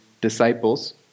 disciples